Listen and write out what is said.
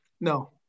No